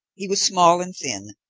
he was small and thin,